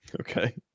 Okay